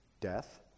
Death